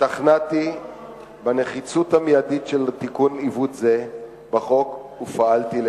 השתכנעתי בנחיצות המיידית של תיקון עיוות זה בחוק ופעלתי לקידומו.